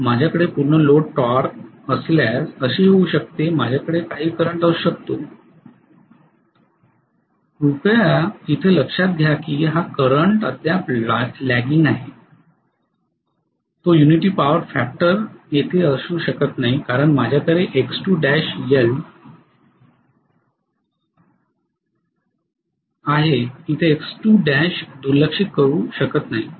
माझ्याकडे पूर्ण load torque असल्यास असेही होऊ शकते माझ्याकडे काही करंट असू शकतो कृपया लक्षात घ्या की हा करंट अद्याप ल्याग्गिंग आहे तो युनिटी पॉवर फॅक्टर येथे असू शकत नाही कारण माझ्याकडे X2l I आहे ईथे X2l दुर्लक्षित करू शकत नाही